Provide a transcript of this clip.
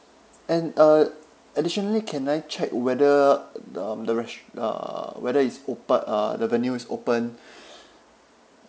and uh additionally can I check whether um the rest~ uh whether it's ope~ uh the venue is open